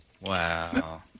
Wow